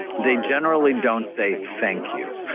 they generally don't say thank you.